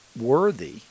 worthy